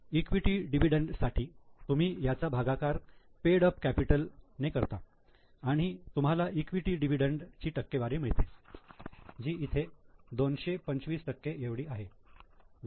equity dividend साठी तुम्ही त्याचा भागाकार पेड अप कॅपिटल ने करता आणि तुम्हाला इक्विटी डिव्हिडंड ची टक्केवारी मिळते जी इथे 225 एवढी आली